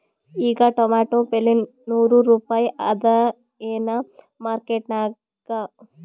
ಈಗಾ ಟೊಮೇಟೊ ಬೆಲೆ ನೂರು ರೂಪಾಯಿ ಅದಾಯೇನ ಮಾರಕೆಟನ್ಯಾಗ?